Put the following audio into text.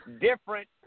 different